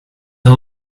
all